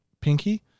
pinky